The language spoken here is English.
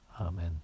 Amen